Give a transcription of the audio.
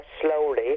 slowly